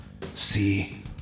See